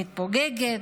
מתפוגגת,